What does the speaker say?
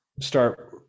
start